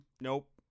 nope